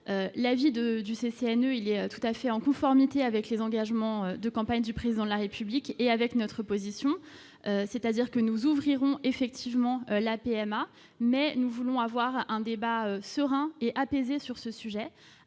avis de du CCNE il y a tout à fait en conformité avec les engagements de campagne du président de la République et avec notre position, c'est-à-dire que nous ouvrirons effectivement la PMA, mais nous voulons avoir un débat serein et apaisé sur ce sujet